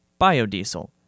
Biodiesel